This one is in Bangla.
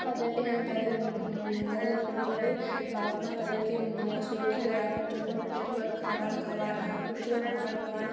তাদের তাদের তাদের পরিবারের বাবা মা তাদেরকে সুরক্ষিত রাখার জন্য পুষ্টিকর খাবার খাওয়া পুষ্টিকর খাবার খাওয়ান